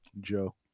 Joe